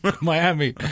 Miami